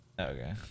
Okay